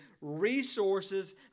resources